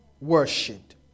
worshipped